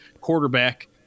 quarterback